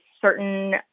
certain